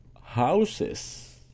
houses